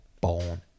born